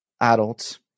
adults